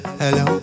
hello